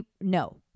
No